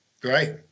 Great